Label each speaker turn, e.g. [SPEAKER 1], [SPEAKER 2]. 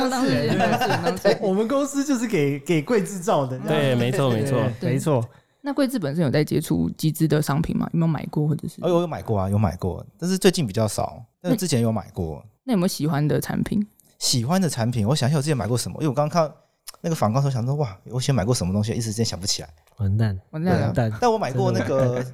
[SPEAKER 1] 当事人，对。
[SPEAKER 2] 当事人，当事人。
[SPEAKER 1] 我们公司就是给- 给贵制造的。
[SPEAKER 3] 对，没错，没错。
[SPEAKER 1] 对。
[SPEAKER 2] 对。
[SPEAKER 3] 没错。
[SPEAKER 2] 那贵制本身有在接触集资的商品吗？有没有买过或者是？
[SPEAKER 4] 哎，我有买过啊，有买过，但是最近比较少，但是
[SPEAKER 2] 那-
[SPEAKER 4] 之前有买过。
[SPEAKER 2] 那有没有喜欢的产品？
[SPEAKER 4] 喜欢的产品，我想一下我之前买过什么，因为我刚刚看那个反光的时候想说， 哇，我以前买过什么东西，一时之间想不起来。
[SPEAKER 3] 完蛋，
[SPEAKER 2] 完蛋了。
[SPEAKER 3] 完蛋，
[SPEAKER 4] 对啊，但我买过那个-
[SPEAKER 3] 真的完蛋。